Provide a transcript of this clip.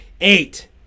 eight